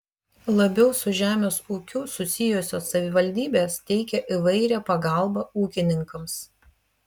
labiau su žemės ūkiu susijusios savivaldybės teikia įvairią pagalbą ūkininkams